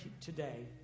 today